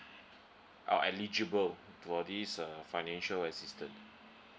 I'll eligible for this uh financial assistance